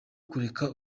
kureka